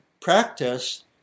practice